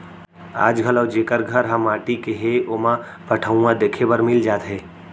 आज घलौ जेकर घर ह माटी के हे ओमा पटउहां देखे बर मिल जाथे